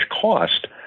cost